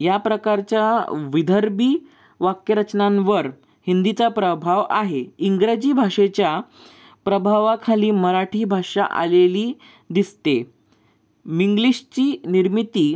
या प्रकारच्या विदर्भी वाक्यरचनांवर हिंदीचा प्रभाव आहे इंग्रजी भाषेच्या प्रभावाखाली मराठी भाषा आलेली दिसते मिंग्लिशची निर्मिती